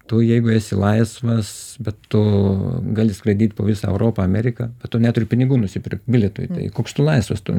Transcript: tu jeigu esi laisvas bet tu gali skraidyt po visą europą ameriką bet tu neturi pinigų nusipirkt bilietui koks tu laisvas tu